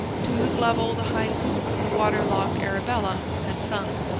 to whose level the high poop of the water-logged arabella had sunk.